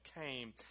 came